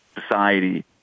society